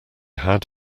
had